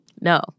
No